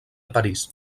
parís